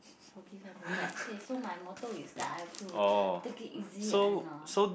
forgive and forget K so my motto is that I have to take it easy and uh